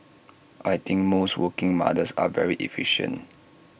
I think most working mothers are very efficient